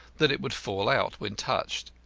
that it would fall out when touched,